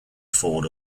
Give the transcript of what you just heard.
ford